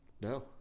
No